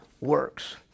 works